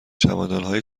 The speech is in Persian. چمدانهای